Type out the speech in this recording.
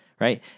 Right